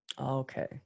Okay